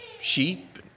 sheep